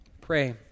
Pray